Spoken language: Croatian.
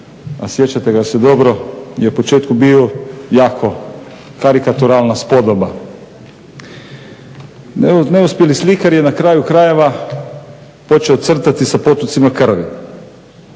a sjećate ga se dobro je u početku bio jako karikaturalna spodoba. Neuspjeli slikar je na kraju krajeva počeo crtati sa potocima krvi.